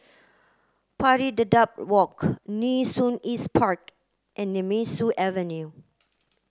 Pari Dedap Walk Nee Soon East Park and Nemesu Avenue